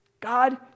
God